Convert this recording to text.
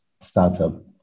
startup